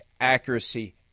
accuracy